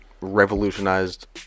revolutionized –